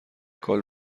کال